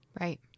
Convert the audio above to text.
Right